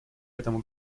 этому